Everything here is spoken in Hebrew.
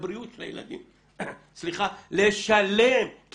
מהבריאות של הילדים לשלם,